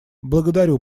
благодарю